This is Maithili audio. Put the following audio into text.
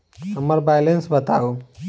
हम्मर बैलेंस बताऊ